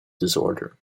disorder